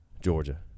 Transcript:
Georgia